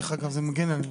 זה מגן עליהם.